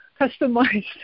customized